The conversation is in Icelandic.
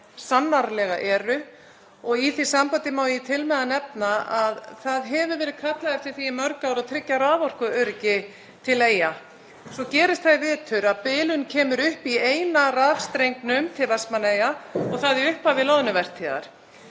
sannarlega eru og í því sambandi má ég til með að nefna að það hefur verið kallað eftir því í mörg ár að tryggja raforkuöryggi til Eyja. Svo gerist það í vetur að bilun kemur upp í eina rafstrengnum til Vestmannaeyja og það í upphafi loðnuvertíðar.